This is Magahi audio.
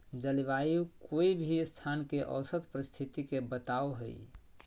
जलवायु कोय भी स्थान के औसत परिस्थिति के बताव हई